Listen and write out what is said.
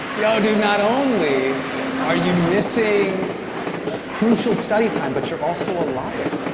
yo dude, not only are you missing crucial study time, but you're also a liar.